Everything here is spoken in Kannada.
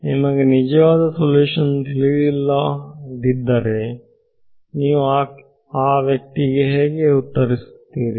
ನಿಮಗೆ ನಿಜವಾದ ಸಲ್ಯೂಷನ್ ತಿಳಿದಿಲ್ಲದಿದ್ದರೆ ನೀವು ಆ ವ್ಯಕ್ತಿಗೆ ಹೇಗೆ ಉತ್ತರಿಸುತ್ತೀರಿ